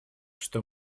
что